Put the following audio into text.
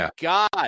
God